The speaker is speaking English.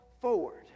forward